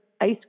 ice